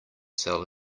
sell